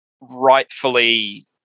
rightfully